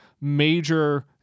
major